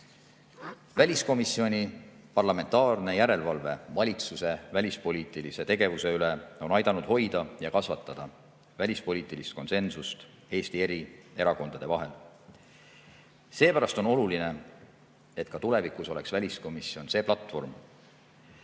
Väliskomisjoni parlamentaarne järelevalve valitsuse välispoliitilise tegevuse üle on aidanud hoida ja kasvatada välispoliitilist konsensust Eesti eri erakondade vahel. Seepärast on oluline, et ka tulevikus oleks väliskomisjon see platvorm,